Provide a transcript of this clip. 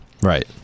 right